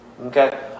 okay